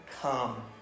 come